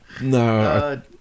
no